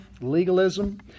legalism